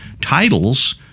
titles